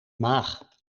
maag